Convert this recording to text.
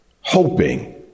hoping